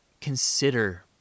consider